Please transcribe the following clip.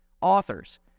authors